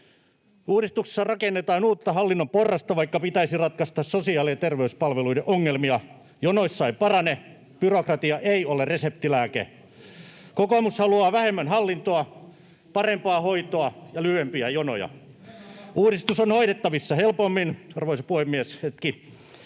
Uudistuksessa rakennetaan uutta hallinnon porrasta, vaikka pitäisi ratkaista sosiaali- ja terveyspalveluiden ongelmia. Jonossa ei parane, byrokratia ei ole reseptilääke. Kokoomus haluaa vähemmän hallintoa, parempaa hoitoa ja lyhyempiä jonoja. Uudistus on hoidettavissa helpommin. — Arvoisa puhemies, hetki.